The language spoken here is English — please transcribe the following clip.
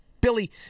Billy